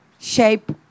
shape